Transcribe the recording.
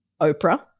Oprah